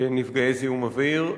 כנפגעי זיהום אוויר.